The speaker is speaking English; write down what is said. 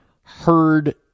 heard